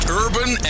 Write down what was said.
urban